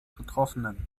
betroffenen